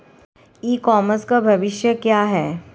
ई commerce का भविष्य क्या है?